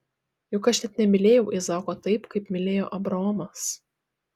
juk aš net nemylėjau izaoko taip kaip mylėjo abraomas